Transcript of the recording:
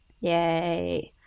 yay